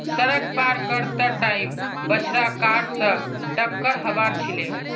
सड़क पार कर त टाइम बछड़ा कार स टककर हबार छिले